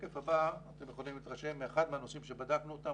בשקף הבא אתם יכולים להתרשם מאחד מהנושאים שבדקנו אותם,